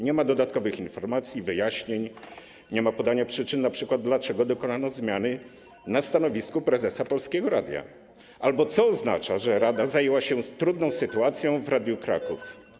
Nie ma dodatkowych informacji, wyjaśnień, nie ma podania przyczyn, np. dlaczego dokonano zmiany na stanowisku prezesa Polskiego Radia albo co oznacza, że rada zajęła się trudną sytuacją w Radiu Kraków.